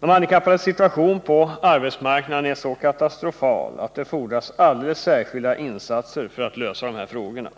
De handikappades situation på arbetsmarknaden är så katastrofal att det fordras alldeles särskilda insatser för att lösa dessa frågor.